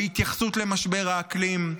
בהתייחסות למשבר האקלים.